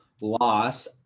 Loss